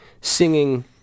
singing